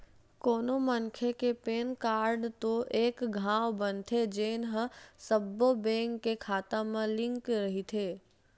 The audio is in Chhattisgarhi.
कोनो मनखे के पेन कारड तो एके घांव बनथे जेन ह सब्बो बेंक के खाता म लिंक रहिथे